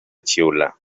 xiular